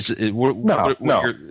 No